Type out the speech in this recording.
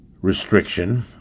restriction